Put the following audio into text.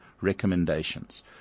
recommendations